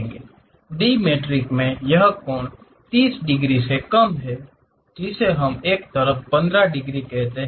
dimetric में यह कोण 30 डिग्री से कम है जिसे हम एक तरफ 15 डिग्री कहते हैं